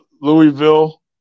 louisville